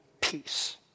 peace